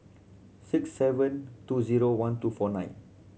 six seven two zero one two four nine